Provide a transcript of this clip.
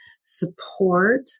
support